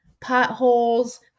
potholes